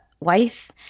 wife